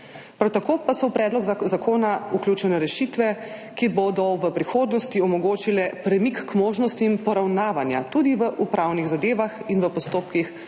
Prav tako pa so v predlog zakona vključene rešitve, ki bodo v prihodnosti omogočile premik k možnostim poravnavanja tudi v upravnih zadevah in v postopkih pred